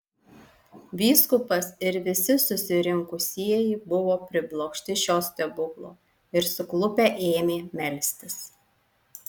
vyskupas ir visi susirinkusieji buvo priblokšti šio stebuklo ir suklupę ėmė melstis